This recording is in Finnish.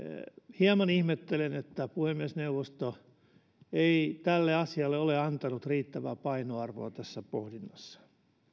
hieman ihmettelen että puhemiesneuvosto ei tälle asialle ole antanut riittävää painoarvoa tässä pohdinnassa